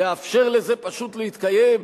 לאפשר לזה פשוט להתקיים?